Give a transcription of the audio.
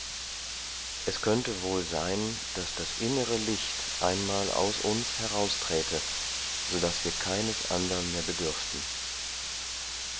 es könnte wohl sein daß das innere licht einmal aus uns herausträte so daß wir keines andern mehr bedürften